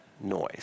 noise